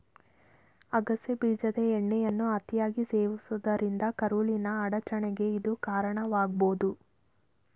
ಅಗಸೆ ಬೀಜದ ಎಣ್ಣೆಯನ್ನು ಅತಿಯಾಗಿ ಸೇವಿಸುವುದರಿಂದ ಕರುಳಿನ ಅಡಚಣೆಗೆ ಇದು ಕಾರಣವಾಗ್ಬೋದು